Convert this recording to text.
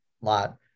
lot